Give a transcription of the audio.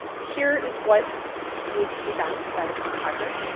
here is what needs to be done by the contractor.